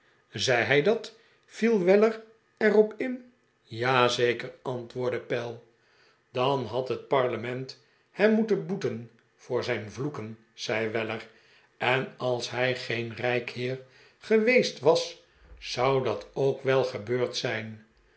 zei hij dat viel weller er op in ja zeker antwoordde pell dan had het parlement hem moeten beboeten voor zijn vloeken zei weller en als hij geen rijk heer geweest was zou dat ook wel gebeurd zijn